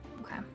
Okay